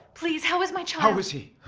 please how is my child?